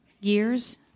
years